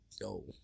Yo